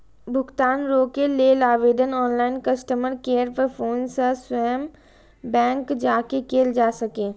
भुगतान रोकै लेल आवेदन ऑनलाइन, कस्टमर केयर पर फोन सं स्वयं बैंक जाके कैल जा सकैए